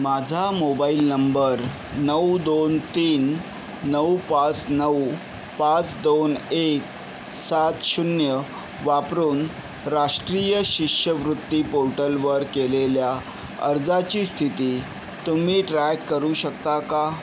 माझा mobile number नऊ दोन तीन नऊ पाच नऊ पाच दोन एक सात शून्य वापरून राष्ट्रीय शिष्यवृत्ती पोर्टलवर केलेल्या अर्जाची स्थिती तुम्ही ट्रॅक करू शकता का